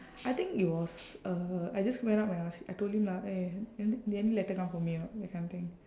I think it was uh I just went up and ask I told him lah eh an~ did any letter come for me or not that kind of thing